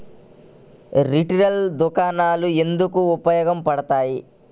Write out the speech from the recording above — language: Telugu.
రిటైల్ దుకాణాలు ఎందుకు ఉపయోగ పడతాయి?